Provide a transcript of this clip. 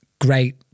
Great